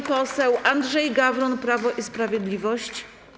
Pan poseł Andrzej Gawron, Prawo i Sprawiedliwość.